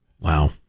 Wow